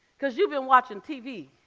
because you've been watching tv,